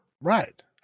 Right